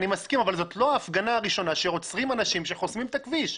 אני מסכים אבל זאת לא ההפגנה הראשונה שעוצרים אנשים שחוסמים את הכביש.